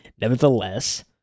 Nevertheless